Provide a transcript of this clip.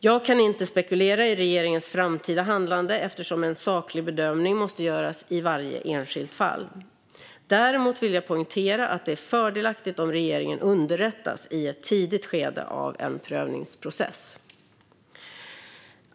Jag kan inte spekulera i regeringens framtida handlande, eftersom en saklig bedömning måste göras i varje enskilt fall. Däremot vill jag poängtera att det är fördelaktigt om regeringen underrättas i ett tidigt skede av en prövningsprocess.